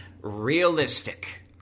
realistic